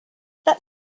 that